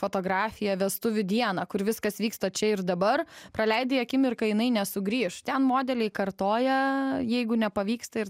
fotografiją vestuvių dieną kur viskas vyksta čia ir dabar praleidai akimirką jinai nesugrįš ten modeliai kartoja jeigu nepavyksta ir